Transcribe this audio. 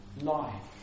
Life